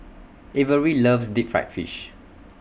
Averie loves Deep Fried Fish